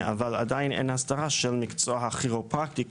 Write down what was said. אבל עדיין אין הסדרה של מקצוע הכירופרקטיקה,